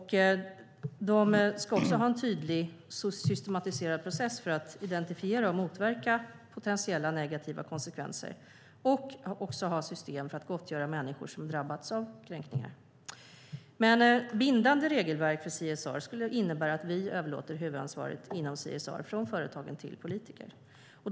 De ska också ha en tydlig, systematiserad process för att identifiera och motverka potentiella negativa konsekvenser, och de ska ha system för att gottgöra människor som drabbats av kränkningar. Bindande regelverk för CSR skulle innebära att vi överlät huvudansvaret inom CSR från företagen till politikerna.